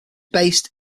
based